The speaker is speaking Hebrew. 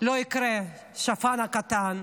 לא יקרה, השפן הקטן,